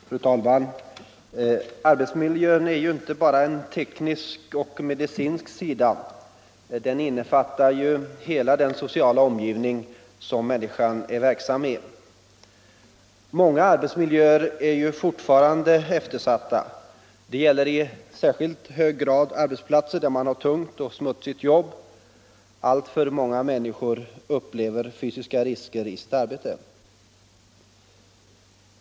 Fru talman! Arbetsmiljön har inte bara en teknisk och medicinsk sida. Den innefattar hela den sociala omgivning som människan är verksam i. Många arbetsmiljöer är fortfarande eftersatta. Det gäller i särskilt hög grad arbetsplatser där det förekommer tungt och smutsigt jobb. Alltför många människor upplever fysiska risker i sitt arbete.